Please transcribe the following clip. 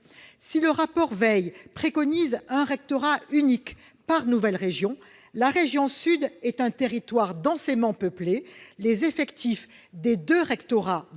de François Weil préconise un rectorat unique par nouvelle région, la région Sud est un territoire densément peuplé, les effectifs des deux rectorats